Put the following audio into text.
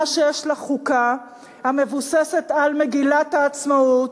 מדינה שיש לה חוקה המבוססת על מגילת העצמאות,